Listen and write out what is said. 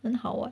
很好 [what]